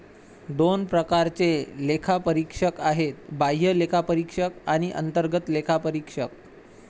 दोन प्रकारचे लेखापरीक्षक आहेत, बाह्य लेखापरीक्षक आणि अंतर्गत लेखापरीक्षक